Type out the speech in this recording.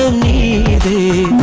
me and the